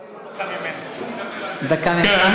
כן,